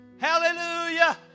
Hallelujah